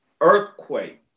earthquake